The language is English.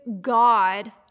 God